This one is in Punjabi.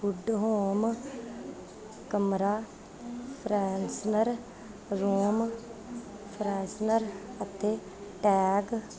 ਗੁਡ ਹੋਮ ਕਮਰਾ ਫਰੈਸ਼ਨਰ ਰੂਮ ਫਰੈਸ਼ਨਰ ਅਤੇ ਟੈਂਗ